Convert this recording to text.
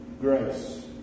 Grace